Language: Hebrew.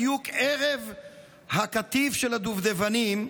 בדיוק ערב הקטיף של הדובדבנים,